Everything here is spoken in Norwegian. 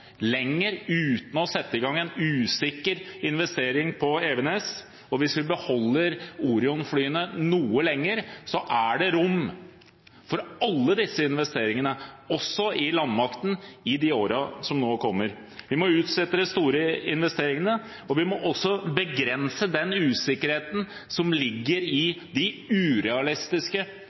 lenger, uten å sette i gang en usikker investering på Evenes, og hvis vi beholder Orion-flyene noe lenger, er det rom for alle disse investeringene, også i landmakten, i de årene som nå kommer. Vi må utsette de store investeringene, og vi må også begrense den usikkerheten som ligger i de urealistiske